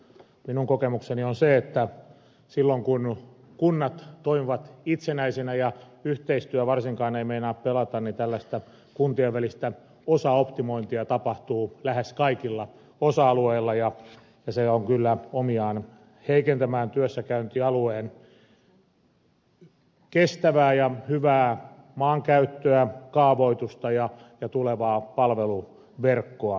minun kokemukseni on se että silloin kun kunnat toimivat itsenäisinä ja yhteistyö varsinkaan ei meinaa pelata niin tällaista kuntien välistä osaoptimointia tapahtuu lähes kaikilla osa alueilla ja se on kyllä omiaan heikentämään työssäkäyntialueen kestävää ja hyvää maankäyttöä kaavoitusta ja tulevaa palveluverkkoa myöskin